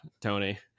tony